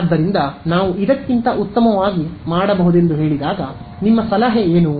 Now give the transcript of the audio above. ಆದ್ದರಿಂದ ನಾವು ಇದಕ್ಕಿಂತ ಉತ್ತಮವಾಗಿ ಮಾಡಬಹುದೆಂದು ಹೇಳಿದಾಗ ನಿಮ್ಮ ಸಲಹೆ ಏನು